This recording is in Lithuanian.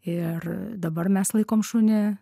ir dabar mes laikom šunį